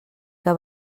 que